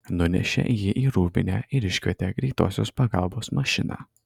nunešė jį į rūbinę ir iškvietė greitosios pagalbos mašiną